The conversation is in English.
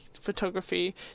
photography